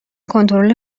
کنترل